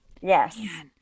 yes